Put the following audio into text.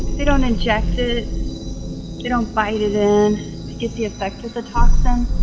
they don't inject it they don't bite it in to get the effect of the toxin,